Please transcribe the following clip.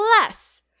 less